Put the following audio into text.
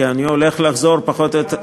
כי אני הולך לחזור, פחות או יותר,